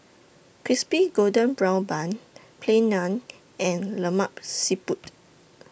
Crispy Golden Brown Bun Plain Naan and Lemak Siput